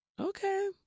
okay